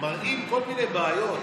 מראים כל מיני בעיות,